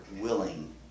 willing